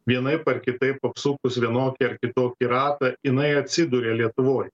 vienaip ar kitaip apsukus vienokį ar kitokį ratą jinai atsiduria lietuvoje